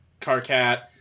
Carcat